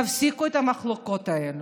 תפסיקו את המחלוקות האלה.